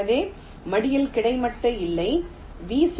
எனவே மடியில் கிடைமட்டமாக இல்லை வி